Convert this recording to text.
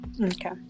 Okay